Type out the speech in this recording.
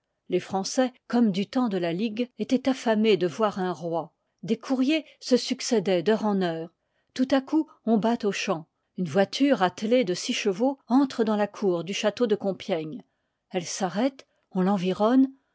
les français comme du temps de la ligue étoient affamés de voir un roi des courriers se succédoient d'heure en heure tout à coup on bat aux champs une voiture attelée de six chevaux entre dans la cour du château de compiègne elle s'arrête on l'environne